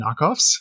knockoffs